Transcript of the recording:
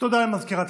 חירום